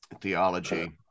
theology